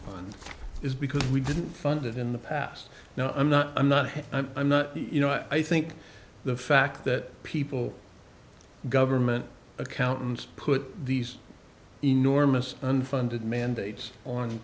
is because we didn't fund it in the past now i'm not i'm not i'm not you know i think the fact that people government accountants put these enormous unfunded mandates on